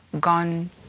gone